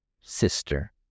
Sister